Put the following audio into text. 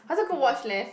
faster go watch leh